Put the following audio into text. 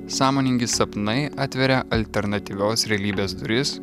sąmoningi sapnai atveria alternatyvios realybės duris